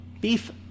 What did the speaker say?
beef